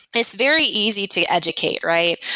it's very easy to educate, right?